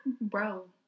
Bro